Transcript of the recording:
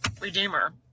redeemer